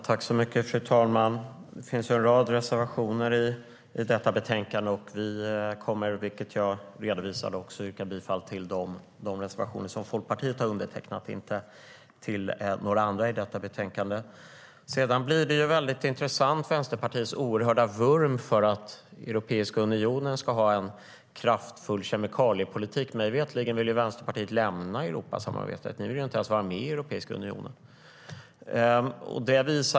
Fru talman! Det finns en rad reservationer i detta betänkande, och vi kommer, vilket jag redovisade, att yrka bifall till de reservationer som Folkpartiet har undertecknat, inte till några andra i betänkandet. Vänsterpartiets oerhörda vurm för att Europeiska unionen ska ha en kraftfull kemikaliepolitik är intressant. Mig veterligen vill Vänsterpartiet lämna Europasamarbetet. De vill inte ens vara med i Europeiska unionen.